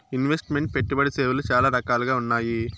invest meant పెట్టుబడి సేవలు చాలా రకాలుగా ఉన్నాయి